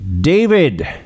David